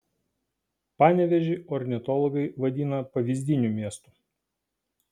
panevėžį ornitologai vadina pavyzdiniu miestu